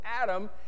Adam